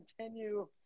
Continue